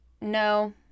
no